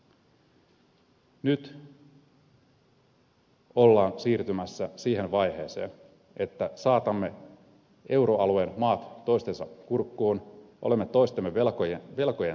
nyt ollaan siirtymässä siihen vaiheeseen että saatamme euroalueen maat toistensa kurkkuun olemme toistemme velkojen takaajina